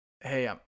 Hey